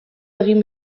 egin